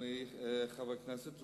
אדוני חבר הכנסת,